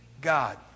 God